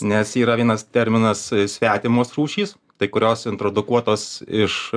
nes yra vienas terminas svetimos rūšys tai kurios introdukuotos iš